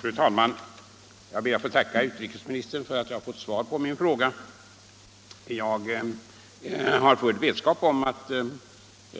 Fru talman! Jag ber att få tacka utrikesministern för att jag fått svar på min fråga. Jag har full vetskap om att